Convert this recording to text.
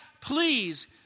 please